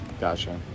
Gotcha